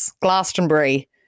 Glastonbury